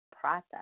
process